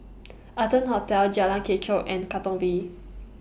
Arton Hotel Jalan Kechot and Katong V